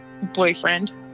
boyfriend